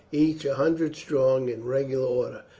each a hundred strong, in regular order.